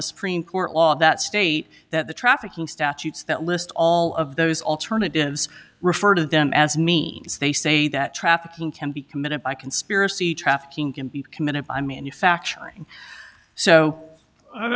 the supreme court law that state that the trafficking statutes that list all of those alternatives refer to them as mean as they say that trafficking can be committed by conspiracy trafficking can be committed by manufacturing so i